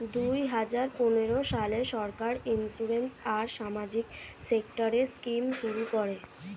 দুই হাজার পনেরো সালে সরকার ইন্সিওরেন্স আর সামাজিক সেক্টরের স্কিম শুরু করে